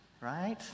right